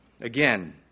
again